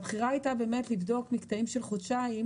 הבחירה הייתה לבדוק מקטעים של חודשיים,